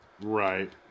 Right